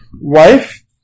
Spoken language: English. wife